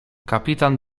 kapitan